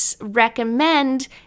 recommend